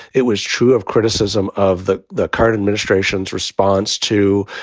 it was true of criticism of the the current administration's response to